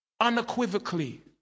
unequivocally